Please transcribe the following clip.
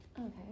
Okay